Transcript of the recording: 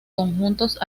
conjuntos